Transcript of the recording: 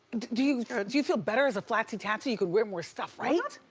do you do you feel better as a flatsy tatsy? you can wear more stuff, right?